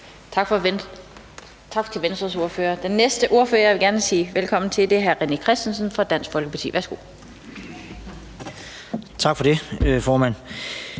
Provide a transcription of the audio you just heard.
tak for at rejse